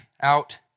out